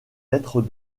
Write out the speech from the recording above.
être